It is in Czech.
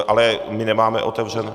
Ale my nemáme otevřenou...